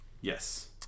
yes